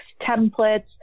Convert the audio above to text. templates